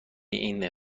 این